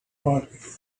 was